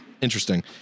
interesting